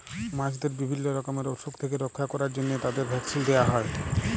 মাছদের বিভিল্য রকমের অসুখ থেক্যে রক্ষা ক্যরার জন্হে তাদের ভ্যাকসিল দেয়া হ্যয়ে